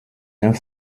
uns